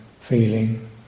feeling